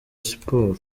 siporo